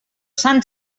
sant